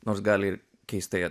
nors gali ir keistai